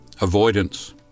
avoidance